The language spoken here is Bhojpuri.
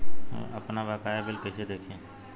हम आपनबकाया बिल कइसे देखि?